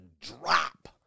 drop